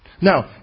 Now